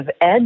edge